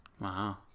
Wow